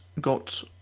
got